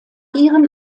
ihren